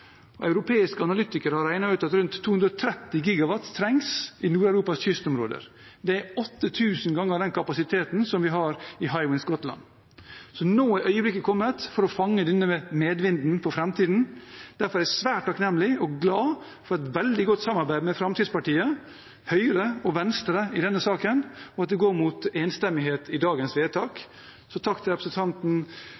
Europeiske analytikere har regnet ut at rundt 230 GW trengs i Nord-Europas kystområder. Det er 8 000 ganger den kapasiteten vi har i Hywind Scotland, så nå er øyeblikket kommet for å fange denne medvinden for framtiden. Derfor er jeg svært takknemlig og glad for et veldig godt samarbeid med Fremskrittspartiet, Høyre og Venstre i denne saken, og for at det går mot enstemmighet i dagens vedtak.